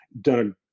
Done